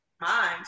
Mind